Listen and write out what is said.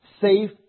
safe